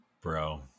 Bro